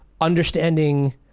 understanding